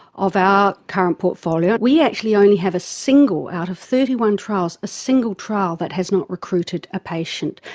of our current portfolio we actually only have a single, out of thirty one trials a single trial that has not recruited a patient,